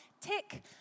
Tick